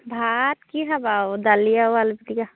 ভাত কি খাবা আৰু দালি আৰু আলু পিটিকা